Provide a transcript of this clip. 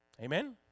Amen